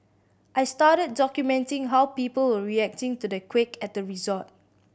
I started documenting how people were reacting to the quake at the resort